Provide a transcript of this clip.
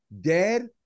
dead